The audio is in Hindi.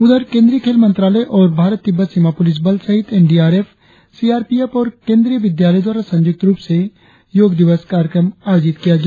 उधर केंद्रीय खेल मंत्रालय और भारत तिब्बत सीमा पुलिस बल सहित N D R F C R P F और केंद्रीय विद्यालय द्वारा संयुक्त रुप से योग दिवस कार्यक्रम आयोजित किया गया